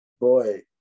boy